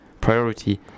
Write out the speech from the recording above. priority